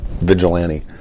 vigilante